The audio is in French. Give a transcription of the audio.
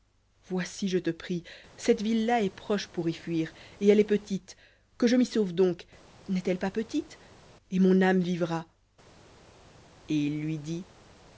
voici je te prie cette ville-là est proche pour y fuir et elle est petite que je m'y sauve donc n'est-elle pas petite et mon âme vivra et il lui dit